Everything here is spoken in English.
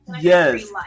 yes